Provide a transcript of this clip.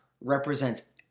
represents